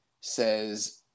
says